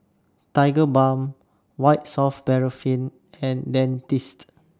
Tigerbalm White Soft Paraffin and Dentiste